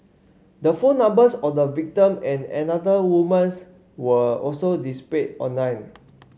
the phone numbers of the victim and another woman's were also displayed online